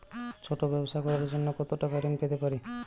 ছোট ব্যাবসা করার জন্য কতো টাকা ঋন পেতে পারি?